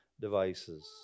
devices